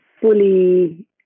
fully